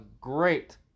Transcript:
great